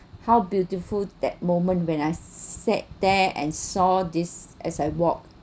how beautiful that moment when I sat there and saw this as I walk